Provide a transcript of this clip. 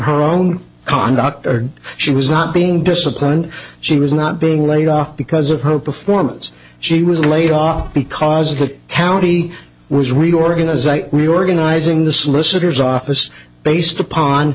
her own conduct she was not being disciplined she was not being laid off because of her performance she was laid off because the county was reorganization we're organizing the solicitor's office based upon